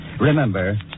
Remember